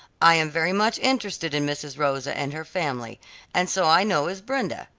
i am very much interested in mrs. rosa and her family and so i know is brenda,